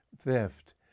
theft